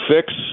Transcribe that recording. fix